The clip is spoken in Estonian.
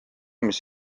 mis